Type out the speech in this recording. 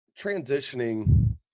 transitioning